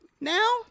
now